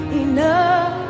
enough